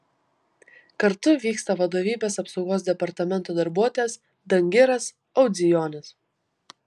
kartu vyksta vadovybės apsaugos departamento darbuotojas dangiras audzijonis